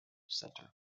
center